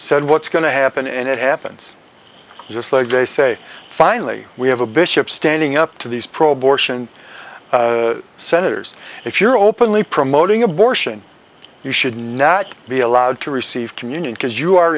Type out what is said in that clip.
said what's going to happen and it happens just like they say finally we have a bishop standing up to these pro abortion senators if you're openly promoting abortion you should not be allowed to receive communion because you are